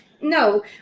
no